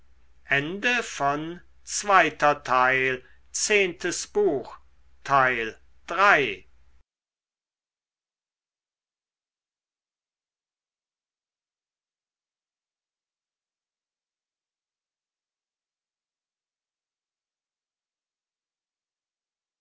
betreten zehntes buch die